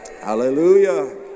Hallelujah